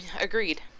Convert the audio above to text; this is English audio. agreed